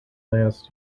last